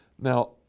Now